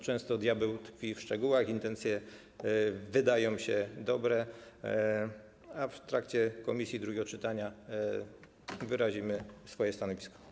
Często diabeł tkwi w szczegółach, intencje wydają się dobre, a w trakcie prac komisji, w czasie drugiego czytania wyrazimy swoje stanowisko.